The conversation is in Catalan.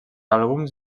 àlbums